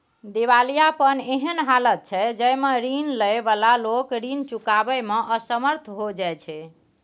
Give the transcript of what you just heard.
दिवालियापन एहन हालत छइ जइमे रीन लइ बला लोक रीन चुकाबइ में असमर्थ हो जाइ छै